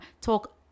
talk